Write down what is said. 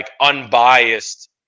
unbiased –